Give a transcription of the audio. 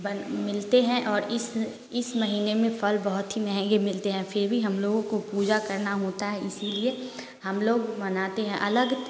बन मिलते हैं और इस इस महीने में फल बहुत ही महंगे मिलते हैं फिर भी हम लोगों को पूजा करना होता है इसीलिए हम लोग मनाते हैं अलग